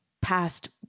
past